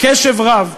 קשב רב.